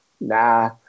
nah